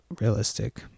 realistic